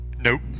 Nope